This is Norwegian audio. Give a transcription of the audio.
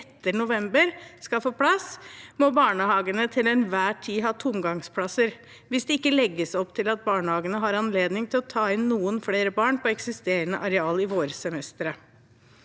etter november, skal få plass, må barnehagene til enhver tid ha tomgangsplasser hvis det ikke legges opp til at barnehagene har anledning til å ta inn noen flere barn på eksisterende areal i vårsemesteret.